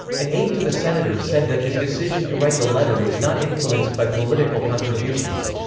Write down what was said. an aide to the senator said that his decision to write the letter was not influenced by political contributions.